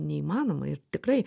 neįmanoma ir tikrai